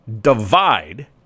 divide